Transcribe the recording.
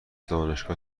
دانشگاه